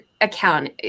account